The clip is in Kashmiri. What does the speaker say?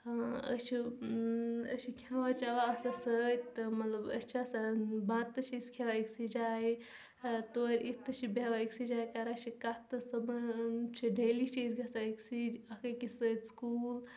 أسۍ چھِ أسۍ چھِ کھٮ۪وان چٮ۪وان آسان سۭتۍ تہٕ مَطلَب أسۍ چھِ آسان بَتہٕ تہٕ چھِ أسۍ کھٮ۪وان أکۍسٕے جایہِ تورٕ یِتھ تہِ چھِ بیٚہوان أکۍسٕے جایہِ کَران چھِ کَتھ تہٕ صُبحٲن چھِ ڈیلی چھِ أسۍ گَژھان أکۍسٕے اَکھ أکِس سۭتۍ سکوٗل